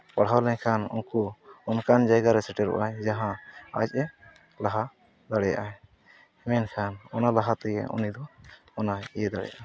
ᱯᱟᱲᱦᱟᱣ ᱞᱮᱱᱠᱷᱟᱱ ᱩᱱᱠᱩ ᱚᱱᱠᱟᱱ ᱡᱟᱭᱜᱟᱨᱮ ᱥᱮᱴᱮᱨᱮᱜᱼᱟᱭ ᱡᱟᱦᱟᱸ ᱟᱡᱼᱮ ᱞᱟᱦᱟ ᱫᱟᱲᱮᱭᱟᱜᱼᱟᱭ ᱢᱮᱱᱠᱷᱟᱱ ᱚᱱᱟ ᱞᱟᱦᱟᱛᱮᱜᱮ ᱩᱱᱤᱫᱚ ᱚᱱᱟᱭ ᱤᱭᱟᱹ ᱫᱟᱲᱮᱭᱟᱜᱼᱟ